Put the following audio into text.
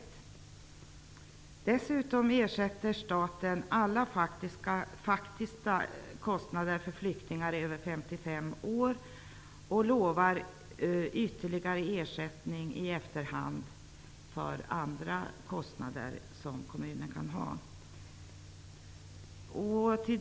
Dessutom ersätter staten alla faktiska kostnader för flyktingar över 55 år och lovar ytterligare ersättning i efterhand för andra kostnader som kommunen kan ha.